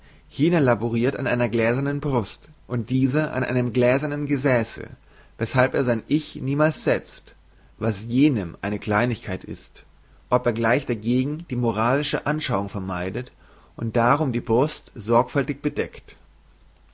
jener laborirt an einer gläsernen brust und dieser an einem gläsernen gesäße weshalb er sein ich niemals setzt was jenem eine kleinigkeit ist ob er gleich dagegen die moralische anschauung vermeidet und darum die brust sorgfältig bedeckt